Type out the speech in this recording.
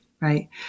right